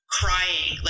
crying